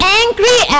angry